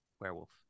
Werewolf